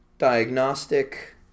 diagnostic